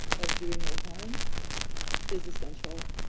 of doing no harm is essential,